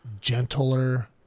gentler